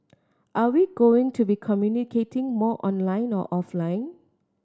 are we going to be communicating more online or offline